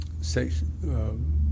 section